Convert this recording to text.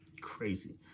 crazy